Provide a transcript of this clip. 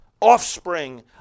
offspring